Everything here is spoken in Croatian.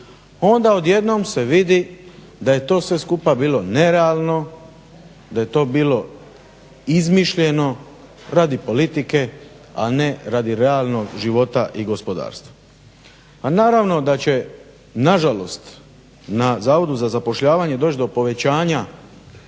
onda odjednom se vidi da je to sve skupa bilo nerealno, da je to bilo izmišljeno radi politike a ne radi realnog života i gospodarstva. Pa naravno da će nažalost na Zavodu za zapošljavanje doći do povećanja